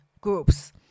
groups